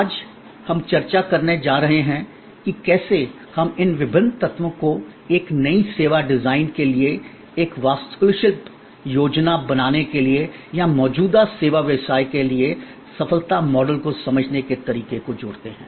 आज हम चर्चा करने जा रहे हैं कि कैसे हम इन विभिन्न तत्वों को एक नई सेवा डिजाइन के लिए एक वास्तुशिल्प योजना बनाने के लिए या मौजूदा सेवा व्यवसाय के लिए सफलता मॉडल को समझने के तरीके को जोड़ते हैं